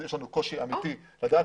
יש לנו קושי אמיתי לדעת.